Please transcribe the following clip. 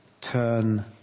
turn